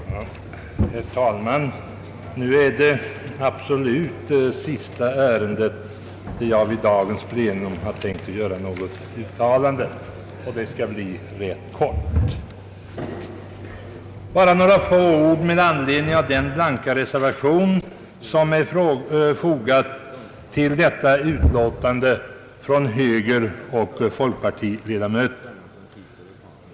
Herr talman! Detta ärende är det absolut sista vid dagens plenum som jag tänkt göra något uttalande i. Det skall bli rätt kort, bara några få ord med anledning av den blanka reservation som fogats till detta utlåtande av högeroch folkpartiledamöter.